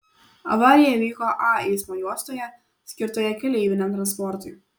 avarija įvyko a eismo juostoje skirtoje keleiviniam transportui